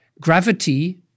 Gravity